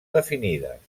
definides